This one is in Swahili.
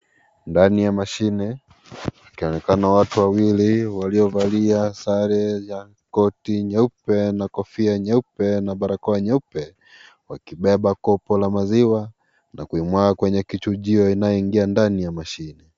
Ndani ya mashine, walionekana watu wawili, waliovalia sare ya koti nyeupe na kofia nyeupe na barakoa nyeupe. Wakibeba kopo la maziwa na kuimwaga kwenye kichujio inayoingia ndani ya mashine.